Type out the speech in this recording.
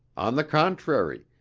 on the contrary,